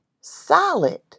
solid